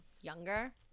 younger